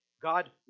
god